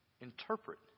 interpret